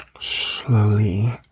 slowly